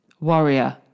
warrior